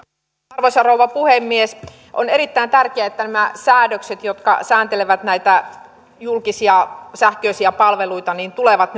arvoisa rouva puhemies on erittäin tärkeää että nämä säädökset jotka sääntelevät näitä julkisia sähköisiä palveluita tulevat